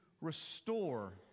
restore